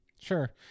Sure